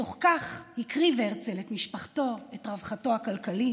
בתוך כך הקריב הרצל את משפחתו, את רווחתו הכלכלית,